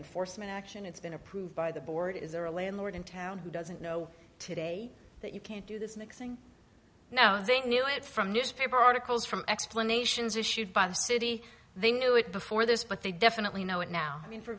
enforcement action it's been approved by the board is there a landlord in town who doesn't know today that you can't do this mixing now they knew it from newspaper articles from explanations issued by the city they knew it before this but they definitely know it now i mean for